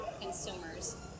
consumers